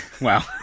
wow